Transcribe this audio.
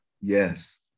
Yes